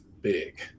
big